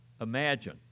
imagine